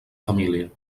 família